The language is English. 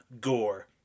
gore